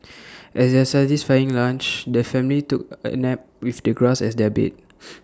as their satisfying lunch the family took A nap with the grass as their bed